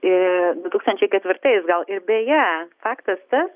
ir du tūkstančiai ketvirtais gal ir beje faktas tas